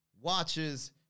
Watches